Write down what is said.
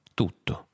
tutto